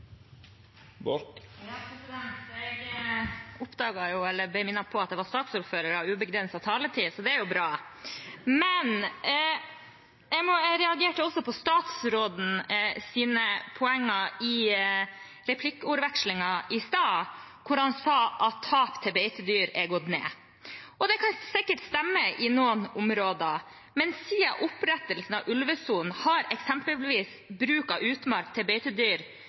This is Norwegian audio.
Jeg ble minnet på at saksordføreren har ubegrenset taletid, og det er jo bra. Men jeg reagerte også på statsrådens poenger i replikkordvekslingen i stad, der han sa at tap av beitedyr er gått ned. Det kan sikkert stemme i noen områder, men siden opprettelsen av ulvesonen har eksempelvis bruk av utmark til beitedyr